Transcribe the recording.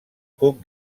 cuc